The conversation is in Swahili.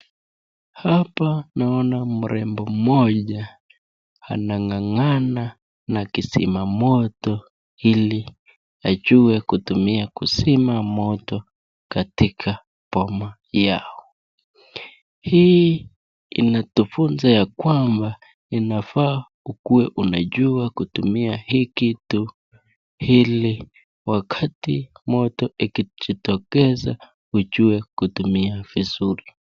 Hapa naona mrembo mmoja anangangana na kizima moto ili ajue kutumia kuzima moto katika boma yao, hii inatufunza ya kwamba inafaa ukuwe unajua kutumia hii kitu ili wakati moto ikijitokeza ujue kuitumia vizuri.